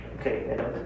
okay